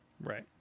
Right